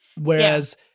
whereas